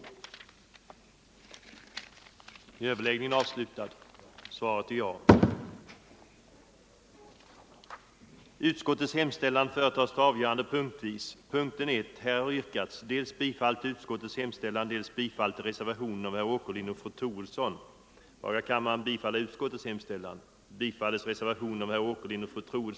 81 Överläggningen var härmed slutad.